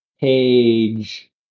page